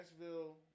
Nashville